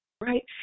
Right